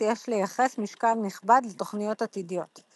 יש לייחס משקל נכבד לתוכניות עתידיות.